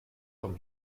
vom